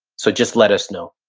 so just let us know.